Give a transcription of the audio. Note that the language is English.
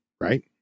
right